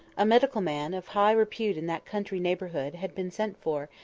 a medical man, of high repute in that country neighbourhood, had been sent for,